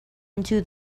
into